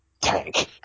tank